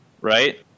Right